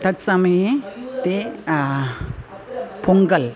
तत्समये ते पोङ्गल्